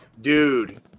Dude